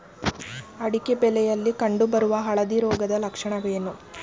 ಅಡಿಕೆ ಬೆಳೆಯಲ್ಲಿ ಕಂಡು ಬರುವ ಹಳದಿ ರೋಗದ ಲಕ್ಷಣಗಳೇನು?